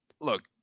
look